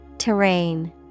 terrain